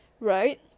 Right